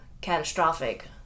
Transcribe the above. catastrophic